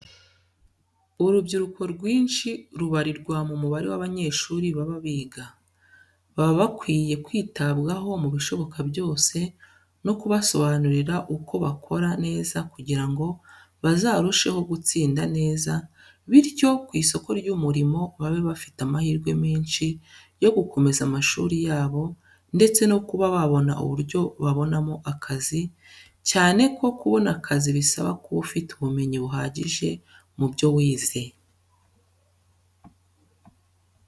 Urubyiruko rwinshi rubarirwa mu mubare w'abanyeshuri baba biga. Baba bakwiye kwitabwaho mu bishoboka byose no kubasobanurira uko bakora neza kugira ngo bazarusheho gutsinda neza, bityo ku isoko ry'umurimo babe bafite amahirwe menshi yo gukomeza amashuri yabo ndetse no kuba babona uburyo babonamo akazi, cyane ko kubona akazi bisaba kuba ufite ubumenyi buhagije mu byo wize.